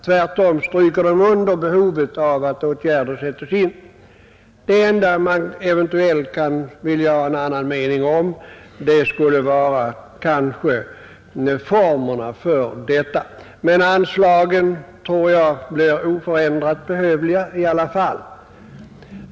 Tvärtom kommer de att understryka behovet av att åtgärder sätts in. Det enda man eventuellt kan ha en annan mening om kan vara formerna, men anslagen tror jag blir oförändrat behövliga. Herr talman!